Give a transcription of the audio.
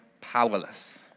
powerless